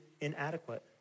inadequate